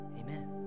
amen